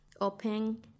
open